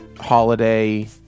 holiday